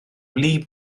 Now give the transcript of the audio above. wlyb